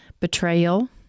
betrayal